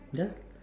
ya